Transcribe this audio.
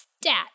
stat